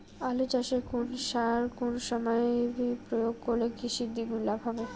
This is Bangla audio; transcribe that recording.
আলু চাষে কোন সার কোন সময়ে প্রয়োগ করলে কৃষকের দ্বিগুণ লাভ হবে?